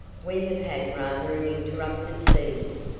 we have had rather an interrupted season,